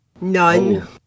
None